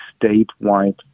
statewide